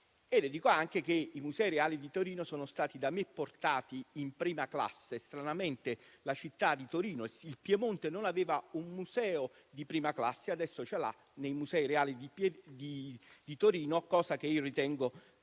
Le dico anche che i Musei reali di Torino sono stati da me portati in prima classe. Stranamente la città di Torino, il Piemonte, non aveva un museo di prima classe. Adesso ce l'ha nei Musei reali di Torino, cosa che io ritengo